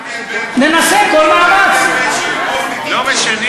מה ההבדל בין שיפור לתיקון?